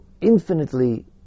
infinitely